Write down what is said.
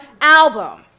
album